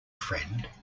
friend